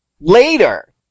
Later